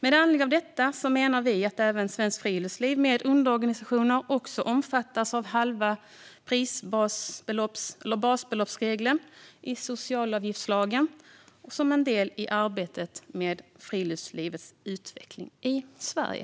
Med anledning av detta menar vi att även Svenskt Friluftsliv med underorganisationer ska omfattas av regeln om halvt basbelopp i socialavgiftslagen som en del i arbetet med friluftslivets utveckling i Sverige.